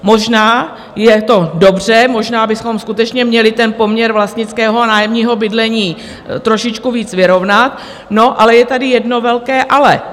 Možná je to dobře, možná bychom skutečně měli poměr vlastnického a nájemního bydlení trošičku více vyrovnat, ale je tady jedno velké ale.